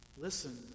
Listen